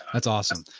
that's awesome.